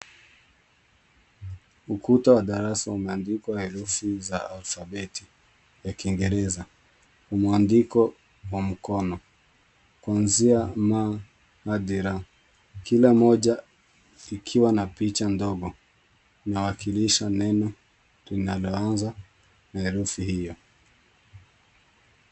Ukuta wa darasa umeandikwa herufi za alfabeti ya kingereza. Mwandiko wa mkono, kuanzia M hadi R. Kila moja ikiwa na picha ndogo. Linawakilisha neno tunaloanza herufi hiyo.